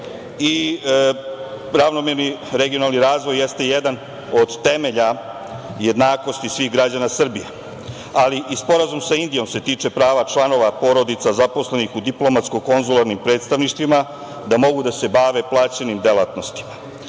ravnomerni regionalni razvoj jeste jedan od temelja jednakosti svih građana Srbije, ali i Sporazum sa Indijom se tiče prava članova porodica zaposlenih u diplomatsko-konzularnim predstavništvima, da mogu da se bave plaćenim delatnostima. Sva